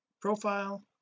profile